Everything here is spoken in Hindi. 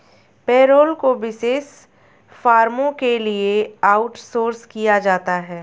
पेरोल को विशेष फर्मों के लिए आउटसोर्स किया जाता है